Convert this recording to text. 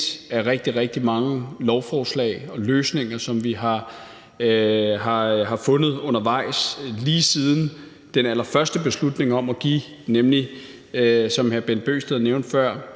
af rigtig, rigtig mange lovforslag og løsninger, som vi har fundet undervejs lige siden den allerførste beslutning om at give, nemlig som hr. Bent Bøgsted nævnte før,